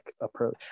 approach